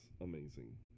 amazing